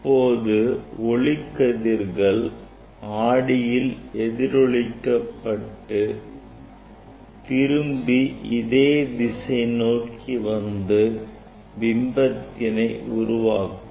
இப்போது ஒளி கதிர்கள் ஆடியில் எதிரொளிக்கப்பட்டு திரும்பி இதே திசை நோக்கி வந்து பிம்பத்தினை உருவாக்கும்